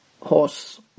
horse